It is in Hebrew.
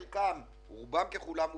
רובם ככולם הופרטו,